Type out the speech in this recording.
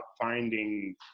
finding